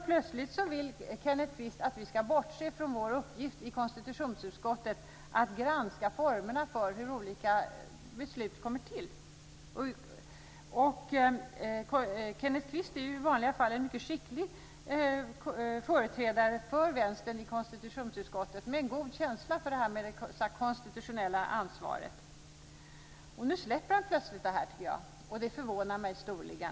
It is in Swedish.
Plötsligt vill Kenneth Kvist att vi ska bortse från vår uppgift i konstitutionsutskottet, dvs. att granska formerna för hur olika beslut kommer till. Kenneth Kvist är i vanliga fall en mycket skicklig företrädare för Vänstern i konstitutionsutskottet, med en god känsla för det konstitutionella ansvaret. Nu släpper han plötsligt det, tycker jag, och det förvånar mig storligen.